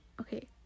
okay